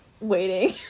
waiting